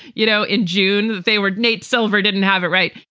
you know, in june. they were nate silver didn't have it right.